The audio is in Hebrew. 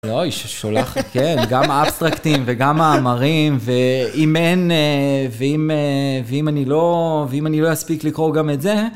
אוי, ששולח, כן, גם האבסטרקטים, וגם מאמרים, ואם אין, ואם אני לא, ואם אני לא אספיק לקרוא גם את זה...